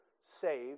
save